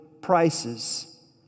prices